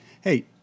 hey